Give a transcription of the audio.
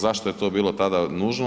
Zašto je to bilo tada nužno?